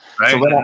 Right